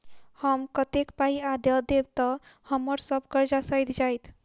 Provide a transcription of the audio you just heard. हम कतेक पाई आ दऽ देब तऽ हम्मर सब कर्जा सैध जाइत?